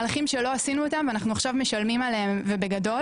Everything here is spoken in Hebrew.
מהלכים שלא עשינו אותם ואנחנו עכשיו משלמים עליהם ובגדול.